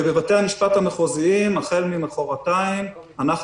בבתי המשפט המחוזיים החל ממוחרתיים אנחנו